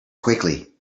quickly